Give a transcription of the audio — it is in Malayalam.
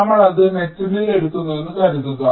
നമ്മൾ അത് മെറ്റലിൽ എടുക്കുന്നുവെന്ന് കരുതുക